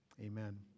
amen